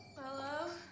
Hello